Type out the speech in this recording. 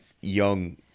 Young